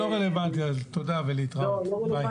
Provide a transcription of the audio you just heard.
רם בן ברק יו"ר ועדת החוץ והביטחון: אז איך אתה